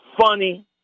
funny